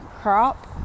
crop